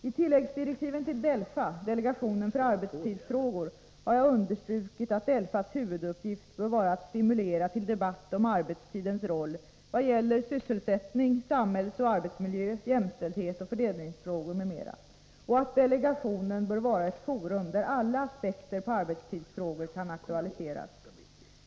I tilläggsdirektiven till Delfa, delegationen för arbetstidsfrågor, har jag understrukit att Delfas huvuduppgift bör vara att stimulera till debatt om arbetstidens roll i vad gäller sysselsättning, samhällsoch arbetsmiljö, jämställdhet, fördelningsfrågor m.m. och att delegationen bör vara ett forum där alla aspekter på arbetstidsfrågor kan aktualiseras.